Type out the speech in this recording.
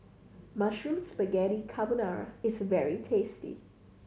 Mushroom Spaghetti Carbonara is very tasty